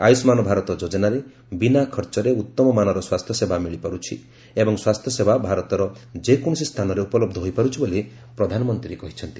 ଆୟୁଷ୍ମାନ ଭାରତ ଯୋଚ୍ଚନାରେ ବିନା ଖର୍ଚ୍ଚରେ ଉତ୍ତମ ମାନର ସ୍ୱାସ୍ଥ୍ୟସେବା ମିଳିପାରୁଛି ଏବଂ ସ୍ୱାସ୍ଥ୍ୟସେବା ଭାରତର ଯେକୌଣସି ସ୍ଥାନରେ ଉପଲବ୍ଧ ହୋଇପାରୁଛି ବୋଲି ପ୍ରଧାନମନ୍ତ୍ରୀ କହିଚ୍ଛନ୍ତି